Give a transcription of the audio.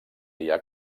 dia